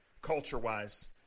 culture-wise